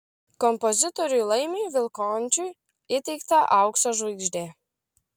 kompozitoriui laimiui vilkončiui įteikta aukso žvaigždė